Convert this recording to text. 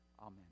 Amen